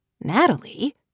Natalie